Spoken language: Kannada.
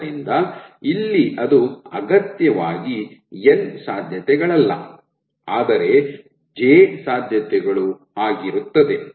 ಆದ್ದರಿಂದ ಇಲ್ಲಿ ಅದು ಅಗತ್ಯವಾಗಿ ಎನ್ ಸಾಧ್ಯತೆಗಳಲ್ಲ ಆದರೆ ಜೆ ಸಾಧ್ಯತೆಗಳು ಆಗಿರುತ್ತದೆ